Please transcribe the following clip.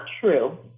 true